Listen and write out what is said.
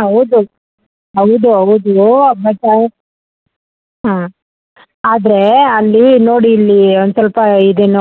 ಹೌದು ಹೌದು ಹೌದೂ ಅದು ಮತ್ತೆ ಹಾಂ ಆದರೆ ಅಲ್ಲಿ ನೋಡಿಲ್ಲೀ ಒಂದು ಸ್ವಲ್ಪ ಇದುನ್ನ